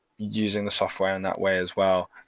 using the software in that way as well,